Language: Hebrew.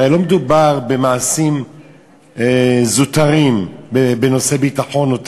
הרי לא מדובר במעשים זוטרים בנושא ביטחון או טרור,